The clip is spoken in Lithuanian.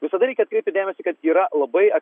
visada reikia atkreipti dėmesį kad yra labai